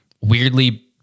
weirdly